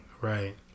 Right